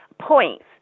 points